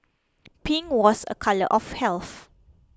pink was a colour of health